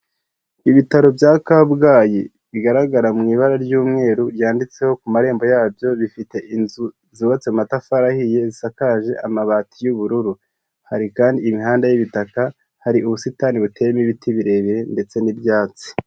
Ibitaro bya kabgayi bigaragara mu ibara ry'umweru byanditse ho ku marembo yabyo bifite inzu zubatse amatafari ahiye zisakaje amabati y'ubururu hari kandi imihanda y'ibitaka hari ubusitani buteyemo ibiti birebire ndetse n'ibyatsi.